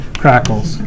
crackles